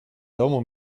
domu